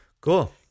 Cool